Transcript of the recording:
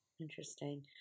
Interesting